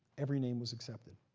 every name was accepted.